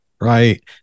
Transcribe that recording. right